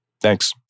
Thanks